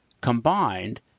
Combined